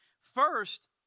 First